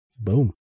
Boom